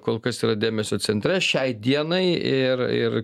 kol kas yra dėmesio centre šiai dienai ir ir